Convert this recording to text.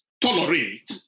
tolerate